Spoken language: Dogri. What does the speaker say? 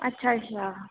अच्छा अच्छा